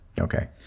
Okay